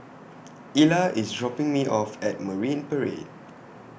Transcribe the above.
Ela IS dropping Me off At Marine Parade